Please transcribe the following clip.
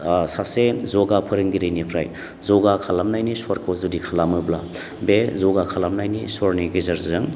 सासे ज'गा फोरोंगिरिनिफ्राय ज'गा खालामनायनि सर'खौ जुदि खालामोब्ला बे ज'गा खालामनायनि सर'नि गेजेरजों